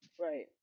Right